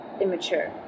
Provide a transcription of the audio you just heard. immature